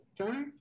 Okay